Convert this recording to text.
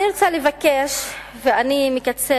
אני רוצה לבקש, ואני מקצרת,